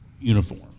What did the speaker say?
uniform